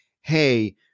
Hey